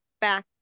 back